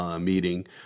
Meeting